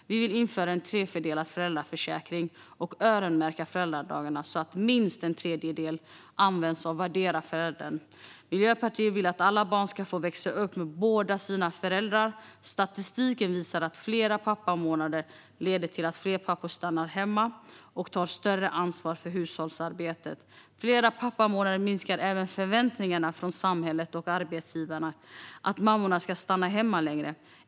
Vi vill införa en tredelad föräldraförsäkring och öronmärka föräldradagarna så att minst en tredjedel används av vardera föräldern. Miljöpartiet vill att alla barn ska få växa upp med båda sina föräldrar. Statistiken visar att fler pappamånader leder till att fler pappor stannar hemma och tar större ansvar för hushållsarbetet. Fler pappamånader minskar även förväntningar från samhället och arbetsgivaren att mammorna ska stanna hemma längre.